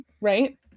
right